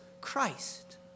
Christ